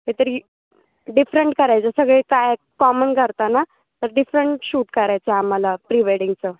काय तरी डिफरंट करायचं सगळे काय कॉमन करता ना तर डिफरंट शूट करायचं आम्हाला प्री वेडिंगचं